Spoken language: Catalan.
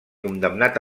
condemnat